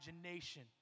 imagination